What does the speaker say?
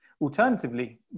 Alternatively